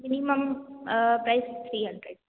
minimum price thread hundred